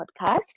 Podcast